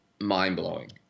mind-blowing